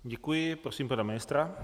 Děkuji a prosím pana ministra.